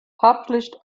published